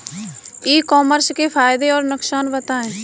ई commerce के फायदे और नुकसान बताएँ?